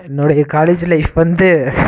என்னோடைய college life வந்து